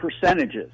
percentages